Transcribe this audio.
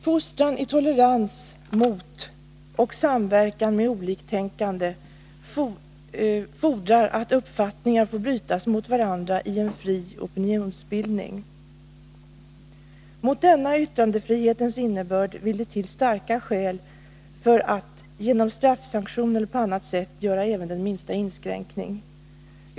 Fostran i tolerans mot och i samverkan med oliktänkande fordrar att uppfattningar får brytas mot varandra i en fri opinionsbildning. Det vill till starka skäl för att man genom straffsanktion eller på annat sätt skall göra även den minsta inskränkning i denna yttrandefrihetens innebörd.